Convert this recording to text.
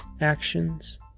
actions